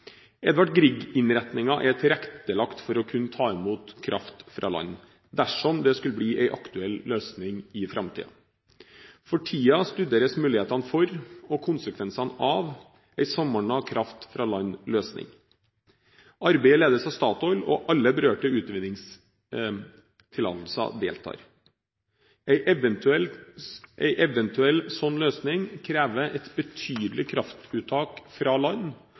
Edvard Grieg-innretningen er tilrettelagt for å kunne ta imot kraft fra land dersom det skulle bli en aktuell løsning i framtiden. For tiden studeres mulighetene for og konsekvensene av en samordnet kraft-fra-land-løsning. Arbeidet ledes av Statoil, og alle berørte med utvinningstillatelser deltar. En eventuell løsning krever et betydelig kraftuttak fra land